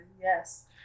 Yes